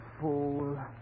fool